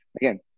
again